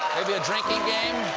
a drinky game.